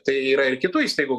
tai yra ir kitų įstaigų